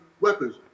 weapons